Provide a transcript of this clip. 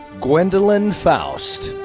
gwendalynn foust.